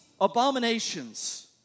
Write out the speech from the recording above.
abominations